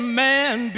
man